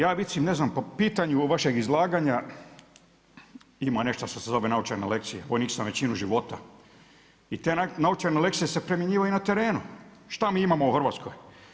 Ja recimo ne znam po pitanju vašeg izlaganja ima nešto šta se zove naučena lekcija, vojnik sam većinu života i te novčane lekcije se primjenjivaju na terenu šta mi imamo u Hrvatskoj.